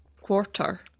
quarter